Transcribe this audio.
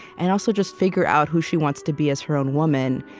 and also just figure out who she wants to be as her own woman,